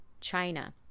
China